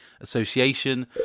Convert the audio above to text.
Association